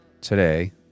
today